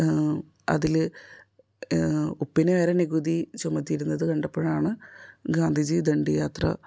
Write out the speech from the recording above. അതിൽ ഉപ്പിനു വരെ നികുതി ചുമത്തിയിരുന്നത് കണ്ടപ്പോഴാണ് ഗാന്ധിജി ദണ്ഡിയാത്ര